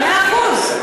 מאה אחוז.